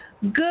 Good